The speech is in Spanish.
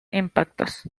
impactos